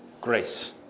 grace